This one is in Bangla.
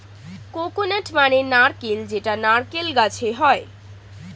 কোকোনাট মানে নারকেল যেটা নারকেল গাছে হয়